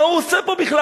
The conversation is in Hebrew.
מה הוא עושה פה בכלל?